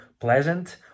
pleasant